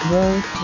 World